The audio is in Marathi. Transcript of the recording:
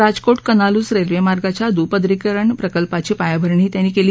राजकोट कनालूस रस्विपार्गांच्या दुपदरीकरण प्रकल्पाची पायाभरणीही त्यांनी कली